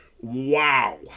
Wow